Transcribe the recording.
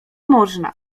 można